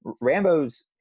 Rambo's